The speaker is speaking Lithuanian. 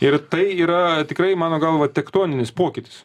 ir tai yra tikrai mano galva tektoninis pokytis